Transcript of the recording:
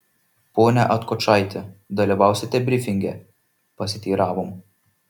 pone atkočaiti dalyvausite brifinge pasiteiravom